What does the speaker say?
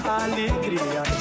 alegria